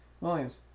Williams